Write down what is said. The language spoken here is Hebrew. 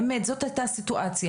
באמת זו הייתה הסיטואציה.